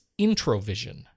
IntroVision